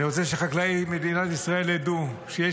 אני רוצה שחקלאי מדינת ישראל ידעו שיש